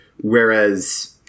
whereas